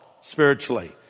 spiritually